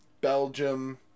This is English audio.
Belgium